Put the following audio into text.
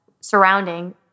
surrounding